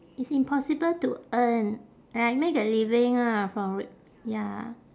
it's impossible to earn and like make a living ah from ri~ ya